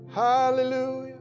hallelujah